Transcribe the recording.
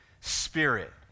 spirit